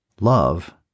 Love